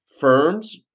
Firms